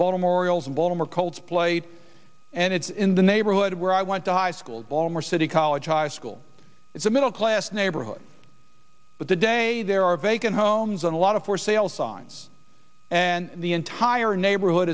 baltimore orioles and baltimore colts played and it's in the neighborhood where i went to high school ball more city college high school it's a middle class neighborhood but today there are vacant homes and a lot of for sale signs and the entire neighborhood